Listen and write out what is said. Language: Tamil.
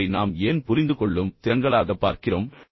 அவற்றை நாம் ஏன் புரிந்துகொள்ளும் திறன்களாகப் பார்க்கிறோம்